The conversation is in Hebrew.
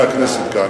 מחברי הכנסת כאן,